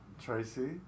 Tracy